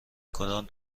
کدام